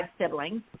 siblings